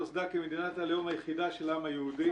נוסדה כמדינת הלאום היחידה של העם היהודי,